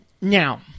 Now